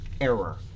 error